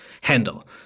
handle